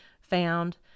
found